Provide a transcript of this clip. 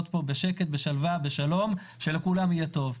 פה בשקט ובשלום וכדי שלכולם יהיה טוב.